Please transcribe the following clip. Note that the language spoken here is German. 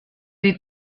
die